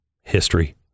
history